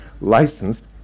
licensed